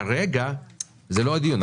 כרגע זה לא הדיון.